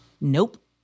nope